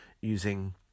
using